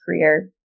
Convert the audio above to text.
career